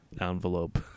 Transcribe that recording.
envelope